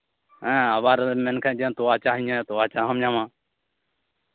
ᱦᱮᱸ ᱟᱵᱟᱨ ᱢᱮᱱᱠᱷᱟᱱ ᱮᱢ ᱡᱮ ᱛᱚᱣᱟ ᱪᱟ ᱦᱚᱸᱧ ᱧᱩᱭᱟ ᱛᱚᱣᱟ ᱪᱟ ᱦᱚᱸᱢ ᱧᱟᱢᱟ